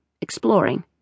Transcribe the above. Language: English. exploring